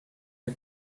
you